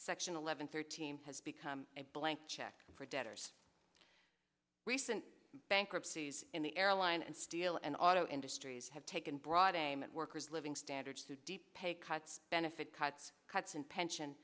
section eleven thirteen has become a blank check for debtors recent bankruptcies in the airline and steel and auto industries have taken broad aim at workers living standards to deep pay cuts benefit cuts cuts in pension